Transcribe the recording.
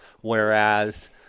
whereas